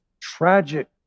tragic